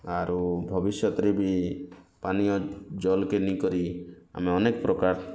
ଆରୁ ଭବିଷ୍ୟତରେ ବି ପାନୀୟ ଜଳ୍ କିନି କରି ଆମେ ଅନେକ ପ୍ରକାର